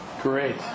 Great